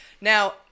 now